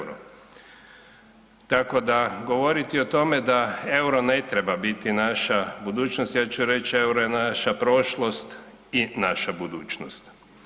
Tako da govoriti o tome da EUR-o ne treba biti naša budućnost ja ću reći EUR-o je naša prošlost i naša budućnost.